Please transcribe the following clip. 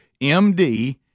MD